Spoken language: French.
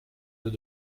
œufs